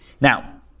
Now